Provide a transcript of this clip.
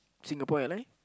Singapore-Airline